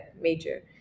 major